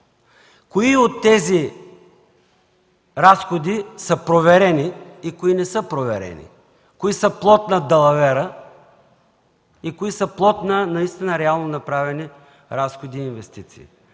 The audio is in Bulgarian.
Кои от тези разходи са проверени и кои не са проверени? Кои са плод на далавера и кои са плод на наистина реално направени разходи и инвестиции?